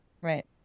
Right